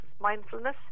mindfulness